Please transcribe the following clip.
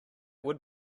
would